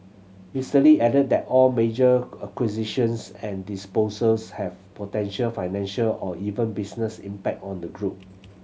Mister Lee added that all major acquisitions and disposals have potential financial or even business impact on the group